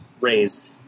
raised